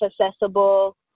accessible